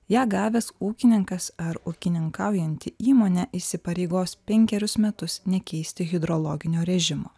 ją gavęs ūkininkas ar ūkininkaujanti įmonė įsipareigos penkerius metus nekeisti hidrologinio režimo